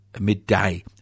midday